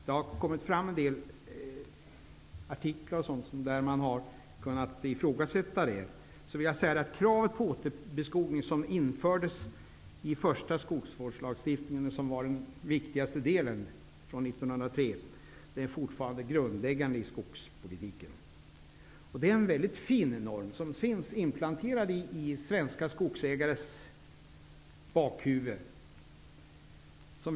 För att det inte skall råda någon missuppfattning vill jag säga att kravet på återbeskogning, som infördes i den första skogsvårdslagstiftningen år 1903 och som var den viktigaste delen av denna, fortfarande är grundläggande i skogspolitiken. Det är en väldigt fin norm som finns inplanterad i svenska skogsägares bakhuvuden.